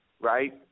right